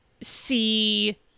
see